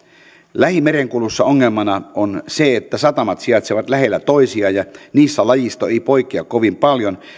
lähimerenkulussa ongelmana on se että satamat sijaitsevat lähellä toisiaan ja niissä lajisto ei poikkea kovin paljon